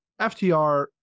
FTR